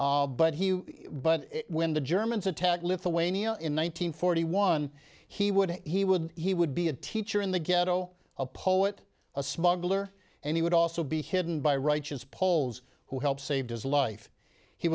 n but he but when the germans attacked lithuania in one nine hundred forty one he would he would he would be a teacher in the ghetto a poet a smuggler and he would also be hidden by righteous poles who help save his life he